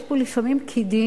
יש פה לפעמים פקידים,